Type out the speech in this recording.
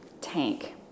tank